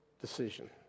decision